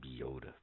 Yoda